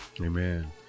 Amen